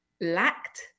lacked